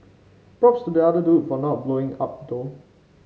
props to the other dude for not blowing up though